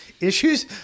issues